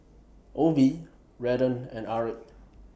Obie Redden and Aric